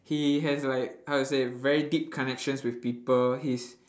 he has like how to say very deep connections with people he's